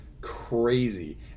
crazy